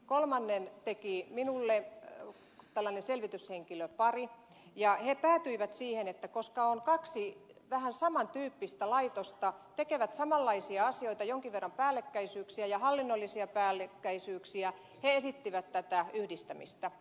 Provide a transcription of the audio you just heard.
kolmannen teki minulle tällainen selvityshenkilöpari ja he päätyivät siihen että koska on kaksi vähän saman tyyppistä laitosta tekevät samanlaisia asioita jonkin verran pääl lekkäisyyksiä ja hallinnollisia päällekkäisyyksiä he esittivät tätä yhdistämistä